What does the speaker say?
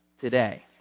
today